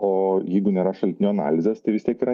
o jeigu nėra šaltinio analizės tai vis tiek yra